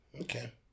Okay